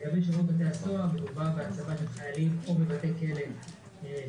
לגבי שירות בתי הסוהר מדובר בהצבה של חיילים או בבתי הכלא שכל